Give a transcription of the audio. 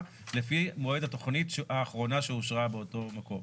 לפי מועד התכנית האחרונה שאושרה באותו מקום.